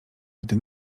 gdy